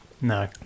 No